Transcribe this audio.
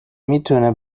میتونه